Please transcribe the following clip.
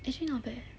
actually not bad leh